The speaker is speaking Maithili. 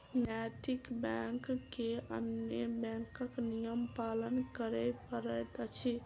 नैतिक बैंक के अन्य बैंकक नियम पालन करय पड़ैत अछि